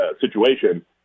situation